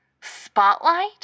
spotlight